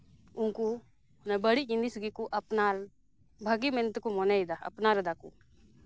ᱩᱱᱠᱩ ᱵᱟᱹᱲᱤᱡ ᱡᱤᱱᱤᱥ ᱜᱮᱠᱚ ᱟᱯᱱᱟᱨ ᱵᱷᱟᱹᱜᱮ ᱢᱮᱱᱛᱮᱠᱚ ᱢᱚᱱᱮᱭᱮᱫᱟ ᱟᱯᱱᱟᱨ ᱫᱟᱠᱚ